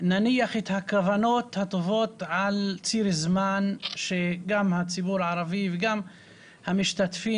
נניח את הכוונות הטובות על ציר זמן שגם הציבור הערבי וגם המשתתפים